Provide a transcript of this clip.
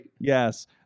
Yes